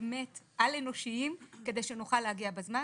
באמת אל-אנושיים כדי שנוכל להגיע בזמן,